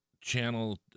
channel